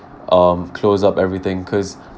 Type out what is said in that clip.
um close up everything cause